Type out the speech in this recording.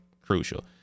crucial